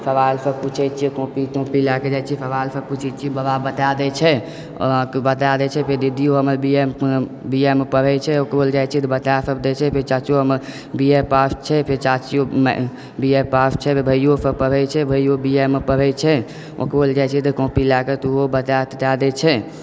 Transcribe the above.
सवालसभ पूछै छियै कॉपी तोपी लएकऽ जाइ छी सवालसभ पूछैत छियै बाबा बता दय छै ओ अहाँके बता दय छै फेर दीदिओ हमर बी ए मे पढ़य छै ओकरो लग जाइत छी तऽ बतय सभ दय छै फेर चाचु हमर बी ए पास छै फेर चाचियो बी ए पास छै फेर भैओसभ पढ़य छै भैओ बी ए मे पढ़य छै ओकरो लग जाइत छी तऽ कॉपी लएकऽ तऽ ओहो बता तता दैत छै